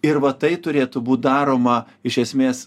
ir va tai turėtų būt daroma iš esmės